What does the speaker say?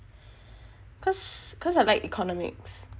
cause cause I like economics